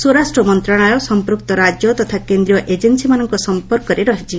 ସ୍ୱରାଷ୍ଟ୍ର ମନ୍ତ୍ରଣାଳୟ ସମ୍ପୂକ୍ତ ରାଜ୍ୟ ତଥା କେନ୍ଦ୍ରୀୟ ଏଜେନ୍ସିମାନଙ୍କ ସମ୍ପର୍କରେ ରହିଛି